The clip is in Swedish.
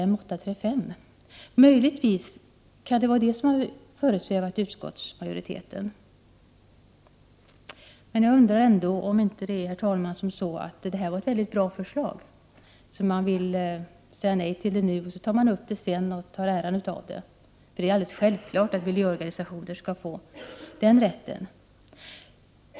Möjligen kan det vara detta som föresvävat utskottsmajoriteten. Men jag undrar, herr talman, om det inte ändå är så att detta är ett braj förslag som man vill säga nej till nu och sedan ta upp och få äran för det. Det är ju alldeles självklart att miljöorganisationer borde få den rätten.